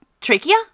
trachea